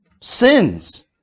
sins